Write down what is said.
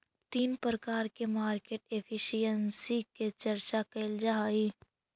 तीन प्रकार के मार्केट एफिशिएंसी के चर्चा कैल जा हई